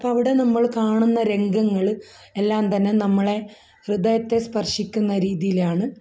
അപ്പോൾ അവിടെ നമ്മൾ കാണുന്ന രംഗങ്ങൾ എല്ലാം തന്നെ നമ്മളെ ഹൃദയത്തെ സ്പർശിക്കുന്ന രീതിയിലാണ്